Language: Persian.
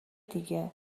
دیگه